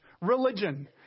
religion